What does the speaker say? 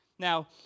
Now